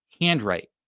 handwrite